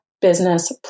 business